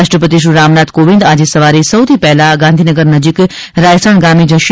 રાષ્ટ્રપતિ શ્રી રામનાથ કોવિંદ આજે સવારે સૌથી પહેલા ગાંધીનગર નજીક રાયસણ ગામે જશે